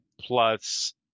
plus